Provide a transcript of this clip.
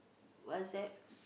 what's that